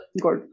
good